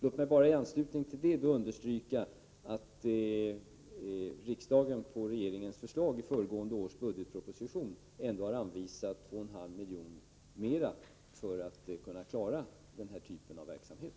Låt mig bara i anslutning till detta understryka att riksdagen på förslag av regeringen i föregående års budgetproposition ändå har anvisat 2,5 miljoner mer för att kunna klara den här typen av verksamhet.